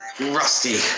rusty